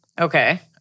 Okay